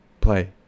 play